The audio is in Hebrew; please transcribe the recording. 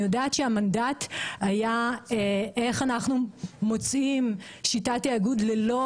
אני יודעת שהמנדט היה איך אנחנו מוצאים שיטת תיאגוד בלא